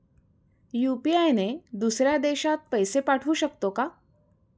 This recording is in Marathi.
यु.पी.आय ने दुसऱ्या देशात पैसे पाठवू शकतो का?